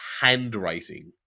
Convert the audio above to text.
handwriting